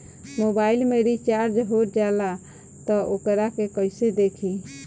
Mobile में recharge हो जाला त वोकरा के कइसे देखी?